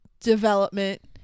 development